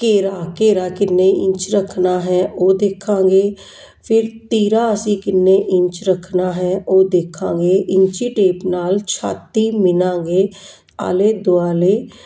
ਘੇਰਾ ਘੇਰਾ ਕਿੰਨੇ ਇੰਚ ਰੱਖਣਾ ਹੈ ਉਹ ਦੇਖਾਂਗੇ ਫਿਰ ਤੀਰਾ ਅਸੀਂ ਕਿੰਨੇ ਇੰਚ ਰੱਖਣਾ ਹੈ ਉਹ ਦੇਖਾਂਗੇ ਇੰਚੀ ਟੇਪ ਨਾਲ ਛਾਤੀ ਮਿਣਾਂਗੇ ਆਲੇ ਦੁਆਲੇ